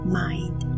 mind